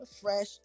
fresh